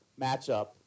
matchup